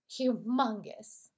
humongous